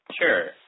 Sure